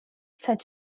such